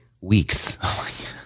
weeks